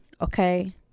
Okay